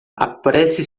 apresse